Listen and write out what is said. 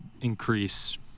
increase